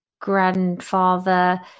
grandfather